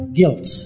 guilt